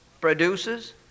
produces